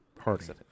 party